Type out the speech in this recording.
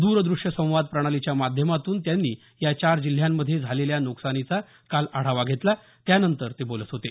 दूरदृश्य संवाद प्रणालीच्या माध्यमातून त्यांनी या चार जिल्ह्यांमध्ये झालेल्या नुकसानीचा काल आढावा घेतला त्यानंतर ते बोलत होते